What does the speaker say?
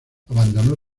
abandonó